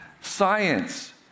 Science